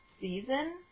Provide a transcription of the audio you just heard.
season